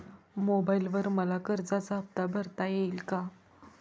मोबाइलवर मला कर्जाचा हफ्ता भरता येईल का?